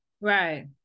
Right